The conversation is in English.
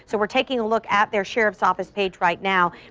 so we're taking a look at their sheriff's office page right now.